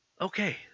okay